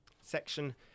section